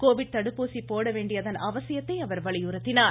Covid தடுப்பூசி போட வேண்டியதன் அவசியத்தை அவர் வலியுறுத்தினார்